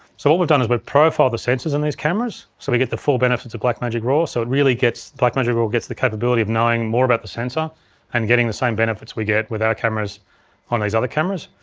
so what we've done is we've but profiled the sensors in these cameras so we get the full benefits of blackmagic raw, so it really gets, blackmagic raw gets the capability of knowing more about the sensor and getting the same benefits we get with our cameras on these other cameras.